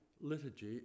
liturgy